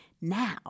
Now